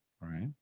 Right